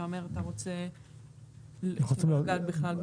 אתה רוצה לא לגעת בכלל.